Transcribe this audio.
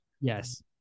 Yes